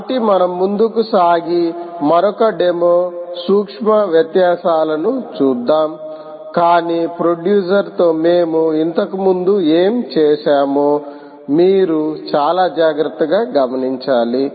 కాబట్టి మనం ముందుకు సాగి మరొక డెమో సూక్ష్మ వ్యత్యాసాలను చూద్దాం కానీ ప్రొడ్యూసర్ తో మేము ఇంతకుముందు ఏమి చేసామో మీరు చాలా జాగ్రత్తగా గమనించాలి